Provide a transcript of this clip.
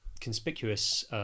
Conspicuous